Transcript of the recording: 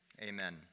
Amen